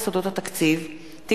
הצעת חוק יסודות התקציב (תיקון,